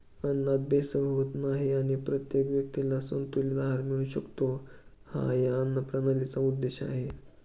अन्नात भेसळ होत नाही आणि प्रत्येक व्यक्तीला संतुलित आहार मिळू शकतो, हा या अन्नप्रणालीचा उद्देश आहे